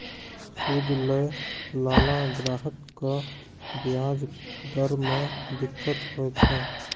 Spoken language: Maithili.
सूद लैय लाला ग्राहक क व्याज दर म दिक्कत होय छै